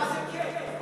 אז מה זה כן?